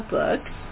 books